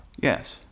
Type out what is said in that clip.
yes